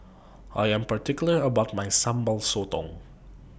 I Am particular about My Sambal Sotong